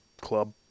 club